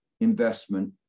investment